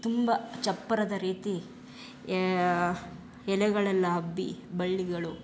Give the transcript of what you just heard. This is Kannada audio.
ತುಂಬ ಚಪ್ಪರದ ರೀತಿ ಎಲೆಗಳೆಲ್ಲ ಹಬ್ಬಿ ಬಳ್ಳಿಗಳು